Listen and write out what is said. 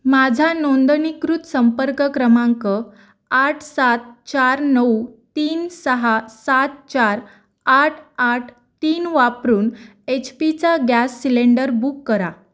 माझा नोंदणीकृत संपर्क क्रमांक आठ सात चार नऊ तीन सहा सात चार आठ आठ तीन वापरून एच पीचा गॅस सिलेंडर बुक करा